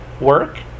work